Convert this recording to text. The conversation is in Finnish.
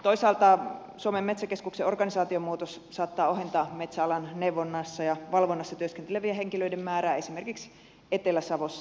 toisaalta suomen metsäkeskuksen organisaatiomuutos saattaa ohentaa metsäalan neuvonnassa ja valvonnassa työskentelevien henkilöiden määrää esimerkiksi etelä savossa